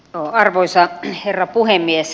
arvoisa herra puhemies